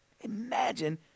Imagine